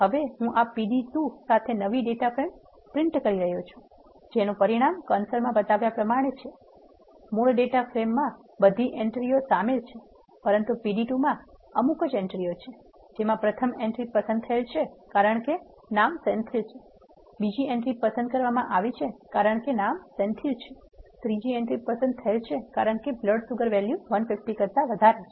હવે હું આ pd2 સાથે નવી ડેટા ફ્રેમ છાપી રહ્યો છું જેનુ પરિણામ કન્સોલ બતાવ્યા પ્રમાણે છે મૂળ ડેટા ફ્રેમમાં બધી એન્ટ્રીઓ શામેલ છે પરંતુ pd2 માં અમુકજ એન્ટ્રીઓ છે જેમાં પ્રથમ એન્ટ્રી પસંદ થયેલ છે કારણ કે નામ સેન્થિલ છે બીજી એન્ટ્રી પસંદ કરવામાં આવી છે કારણ કે નામ સેંથિલ છે ત્રીજી એન્ટ્રી પસંદ થયેલ છે કારણ કે બ્લડ શુગર વેલ્યુ 150 કરતા વધારે છે